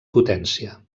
potència